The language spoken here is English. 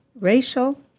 Racial